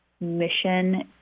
mission